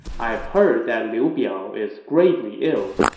i have heard that liu biao is gravely ill.